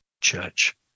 church